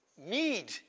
need